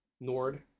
nord